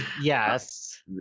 Yes